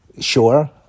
sure